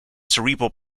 cerebral